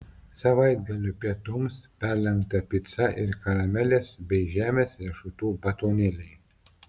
savaitgalio pietums perlenkta pica ir karamelės bei žemės riešutų batonėliai